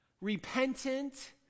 repentant